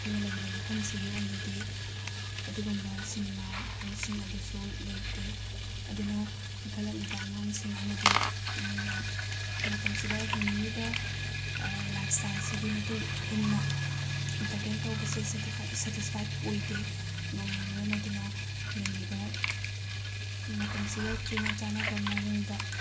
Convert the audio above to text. ꯑꯩꯈꯣꯏꯅ ꯂꯩꯔꯤꯕ ꯃꯐꯝꯁꯤꯒꯤ ꯑꯣꯏꯅꯗꯤ ꯑꯗꯨꯒꯨꯝꯕ ꯁꯤꯅꯤꯃꯥ ꯍꯣꯜꯁꯤꯡ ꯑꯗꯨꯁꯨ ꯂꯩꯇꯦ ꯑꯗꯨꯅ ꯏꯟꯈꯠꯂꯛꯂꯤꯕ ꯑꯉꯥꯡꯁꯤꯡ ꯑꯃꯗꯤ ꯃꯇꯝꯁꯤꯗ ꯍꯤꯡꯅꯤꯡꯉꯤꯕ ꯂꯥꯏꯐ ꯁ꯭ꯇꯥꯏꯜꯁꯤꯒꯤ ꯃꯇꯨꯡ ꯏꯟꯅ ꯏꯟꯇꯔꯇꯦꯟ ꯇꯧꯕꯁꯦ ꯁꯦꯇꯤꯁꯐꯥꯏꯠ ꯑꯣꯏꯗꯦ ꯃꯔꯝ ꯑꯗꯨꯅ ꯂꯩꯔꯤꯕ ꯃꯇꯝꯁꯤꯒ ꯆꯨꯅ ꯆꯥꯟꯅꯕ ꯃꯑꯣꯡꯗ